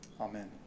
Amen